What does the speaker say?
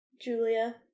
Julia